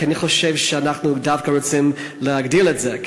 כי אני חושב שאנחנו דווקא רוצים להגדיל את זה,